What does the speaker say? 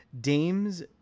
Dames